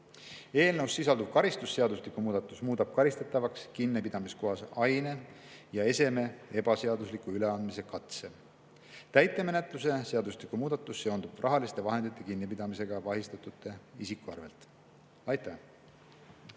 Eelnõus sisalduv karistusseadustiku muudatus muudab karistatavaks kinnipidamiskohas aine ja eseme ebaseadusliku üleandmise katse. Täitemenetluse seadustiku muudatus seondub rahaliste vahendite kinnipidamisega vahistatu isikuarvelt. Aitäh!